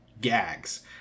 gags